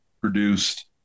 produced